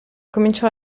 cominciò